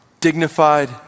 dignified